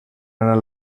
anar